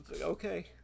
Okay